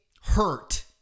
hurt